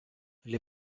les